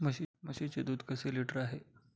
म्हशीचे दूध कसे लिटर आहे?